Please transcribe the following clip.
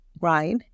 right